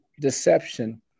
deception